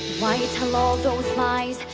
why tell all those lies?